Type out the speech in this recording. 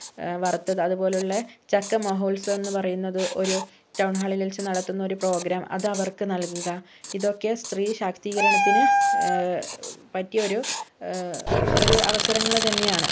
വറുത്തത് അതുപോലുള്ള ചക്ക മഹോത്സവമെന്നു പറയുന്നത് ഒരു ടൗൺ ഹാളിൽ വച്ച് നടത്തുന്ന ഒരു പ്രോഗ്രാം അതവർക്ക് നൽകുക ഇതൊക്കെ സ്ത്രീ ശാക്തീകരണത്തിന് പറ്റിയ ഒരു ഒരു അവസരങ്ങൾ തന്നെയാണ്